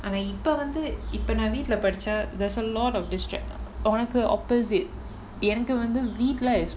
ஆனா இப்ப வந்து இப்ப நா வீட்ல படிச்சா:aanaa ippa vanthu ippa naa veetla padichaa there's a lot of district ஒனக்கு:onakku opposite எனக்கு வந்து வீட்ல:enakku vanthu veetla